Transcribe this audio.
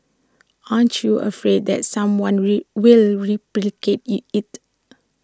aren't you afraid that someone will will replicate IT it